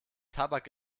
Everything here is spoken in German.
tabak